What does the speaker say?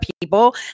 people